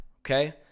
okay